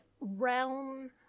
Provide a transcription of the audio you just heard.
realm